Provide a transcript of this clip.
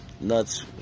nuts